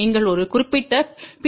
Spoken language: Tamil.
நீங்கள் ஒரு குறிப்பிட்ட பி